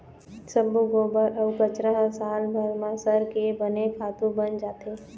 सब्बो गोबर अउ कचरा ह सालभर म सरके बने खातू बन जाथे